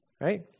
right